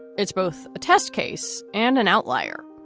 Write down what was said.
it's both a test case and an outlier.